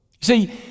See